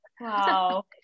Wow